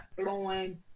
flowing